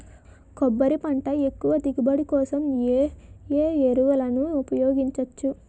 కొబ్బరి పంట ఎక్కువ దిగుబడి కోసం ఏ ఏ ఎరువులను ఉపయోగించచ్చు?